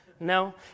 No